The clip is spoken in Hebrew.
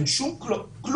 אין שום כלום,